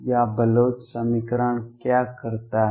या बलोच समीकरण क्या करता है